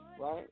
Right